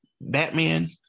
Batman